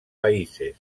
países